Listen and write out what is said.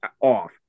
off